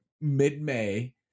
mid-May